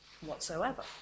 whatsoever